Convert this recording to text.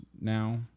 now